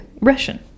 Russian